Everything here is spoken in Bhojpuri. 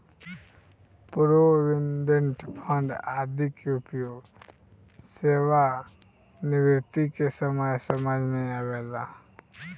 प्रोविडेंट फंड आदि के उपयोग सेवानिवृत्ति के समय समझ में आवेला